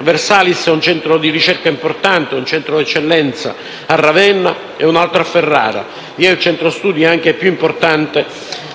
Versalis ha un centro di ricerca importante: un centro di eccellenza è a Ravenna e a Ferrara vi è il centro studi più importante